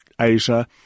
Asia